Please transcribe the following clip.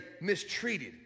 mistreated